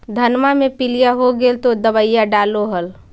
धनमा मे पीलिया हो गेल तो दबैया डालो हल?